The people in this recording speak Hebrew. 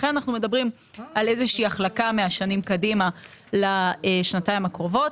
לכן אנחנו מדברים על איזושהי החלקה מהשנים קדימה לשנתיים הקרובות.